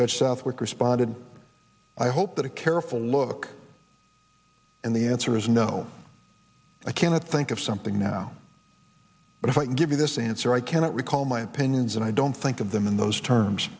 judge southwick responded i hope that a careful look and the answer is no i cannot think of something now but if i can give you this answer i cannot recall my opinions and i don't think of them in those terms